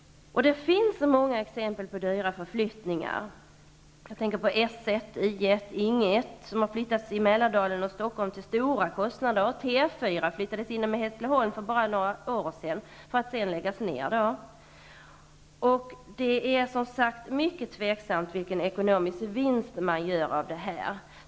Det finns många exempel på dyra förflyttningar. Jag tänker på S 1, I 1 och Ing 1 som har flyttats i Mälardalen och i Stockholm till stora kostnader. T 4 flyttades inom Hässleholm för bara några år sedan, för att sedan läggas ner. Det är som sagt mycket tveksamt vilken ekonomisk vinst man gör av detta.